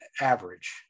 average